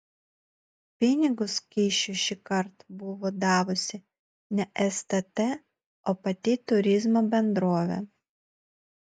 pinigus kyšiui šįkart buvo davusi ne stt o pati turizmo bendrovė